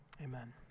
amen